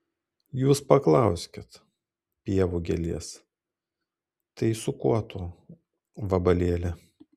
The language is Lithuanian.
jūs paklauskit pievų gėlės tai su kuo tu vabalėli